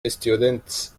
students